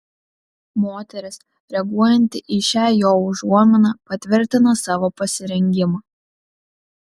moteris reaguojanti į šią jo užuominą patvirtina savo pasirengimą